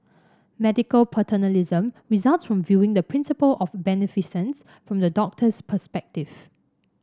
medical paternalism results from viewing the principle of beneficence from the doctor's perspective